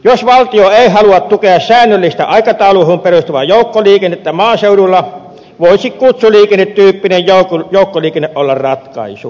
jos valtio ei halua tukea säännöllistä aikatauluihin perustuvaa joukkoliikennettä maaseudulla voisi kutsuliikennetyyppinen joukkoliikenne olla ratkaisu